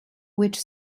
which